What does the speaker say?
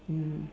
mm